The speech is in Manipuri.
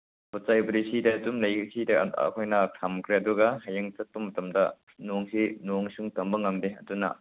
ꯄꯣꯠ ꯆꯩꯕꯨꯗꯤ ꯁꯤꯗ ꯑꯗꯨꯝ ꯑꯩꯈꯣꯏꯅ ꯊꯝꯈ꯭ꯔꯦ ꯑꯗꯨꯒ ꯍꯌꯦꯡ ꯆꯠꯄ ꯃꯇꯝꯗ ꯅꯣꯡꯁꯤ ꯅꯣꯡ ꯏꯁꯤꯡ ꯇꯝꯕ ꯉꯝꯗꯦ ꯑꯗꯨꯅ